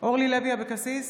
אורלי לוי אבקסיס,